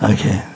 Okay